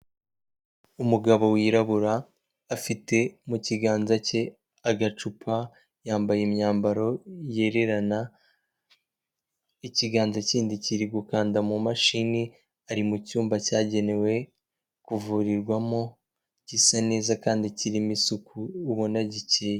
Umugabo wirabura afite mu kiganza cye agacupa, yambaye imyambaro yererana, ikiganza kindi kiri gukanda mu mashini ari mu cyumba cyagenewe kuvurirwamo, gisa neza kandi kirimo isuku ubona gikeye.